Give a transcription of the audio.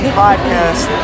podcast